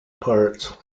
parts